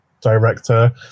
director